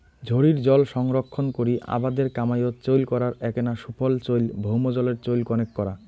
ঝড়ির জল সংরক্ষণ করি আবাদের কামাইয়ত চইল করার এ্যাকনা সুফল হইল ভৌমজলের চইল কণেক করা